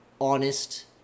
honest